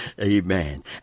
amen